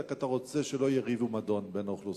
אלא כי אתה רוצה שלא יהיו ריב ומדון בין האוכלוסיות.